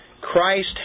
Christ